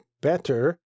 better